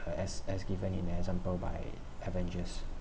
uh as as given in an example by avengers